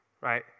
Right